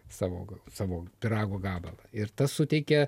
savo savo pyrago gabalą ir tas suteikia